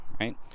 right